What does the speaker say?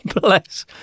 Bless